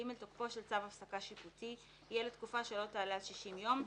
(ג) תוקפו של צו הפסקה שיפוטי יהיה לתקופה שלא תעלה על 60 יום,